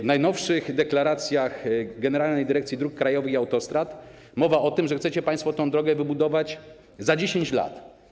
W najnowszych deklaracjach Generalnej Dyrekcji Dróg Krajowych i Autostrad mowa jest o tym, że chcecie państwo tę drogę wybudować za 10 lat.